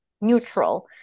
neutral